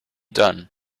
done